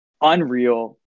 Unreal